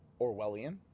Orwellian